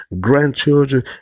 grandchildren